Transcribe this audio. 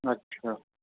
अच्छा